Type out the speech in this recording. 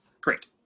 great